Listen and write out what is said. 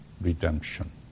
redemption